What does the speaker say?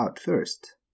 first